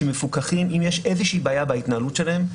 אם יש איזושהי בעיה בהתנהלות שלהם,